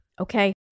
okay